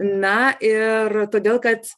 na ir todėl kad